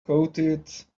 coated